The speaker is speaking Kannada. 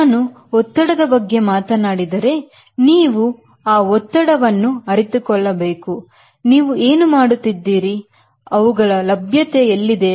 ನಾನು ಒತ್ತಡದ ಬಗ್ಗೆ ಮಾತನಾಡಿದರೆ ನೀವು ಆ ವತ್ತಡ ವನ್ನು ಅರಿತುಕೊಳ್ಳಬೇಕು ನೀವು ಏನು ಮಾಡುತ್ತಿದ್ದೀರಿ ಅವುಗಳ ಲಭ್ಯತೆಯು ಎತ್ತರದಲ್ಲಿದೆ